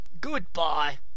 Goodbye